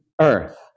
earth